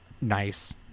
nice